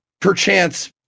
perchance